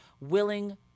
willing